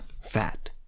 fat